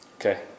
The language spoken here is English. okay